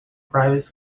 private